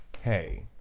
hey